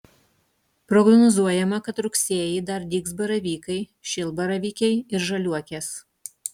prognozuojama kad rugsėjį dar dygs baravykai šilbaravykiai ir žaliuokės